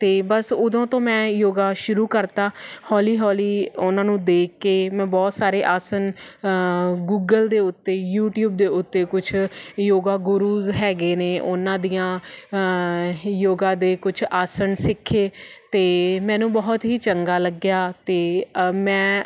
ਅਤੇ ਬਸ ਉਦੋਂ ਤੋਂ ਮੈਂ ਯੋਗਾ ਸ਼ੁਰੂ ਕਰਤਾ ਹੌਲੀ ਹੌਲੀ ਉਹਨਾਂ ਨੂੰ ਦੇਖ ਕੇ ਮੈਂ ਬਹੁਤ ਸਾਰੇ ਆਸਨ ਗੂਗਲ ਦੇ ਉੱਤੇ ਯੂਟੀਊਬ ਦੇ ਉੱਤੇ ਕੁਛ ਯੋਗਾ ਗੁਰੂਸ ਹੈਗੇ ਨੇ ਉਹਨਾਂ ਦੀਆਂ ਯੋਗਾ ਦੇ ਕੁਛ ਆਸਣ ਸਿੱਖੇ ਅਤੇ ਮੈਨੂੰ ਬਹੁਤ ਹੀ ਚੰਗਾ ਲੱਗਿਆ ਅਤੇ ਮੈਂ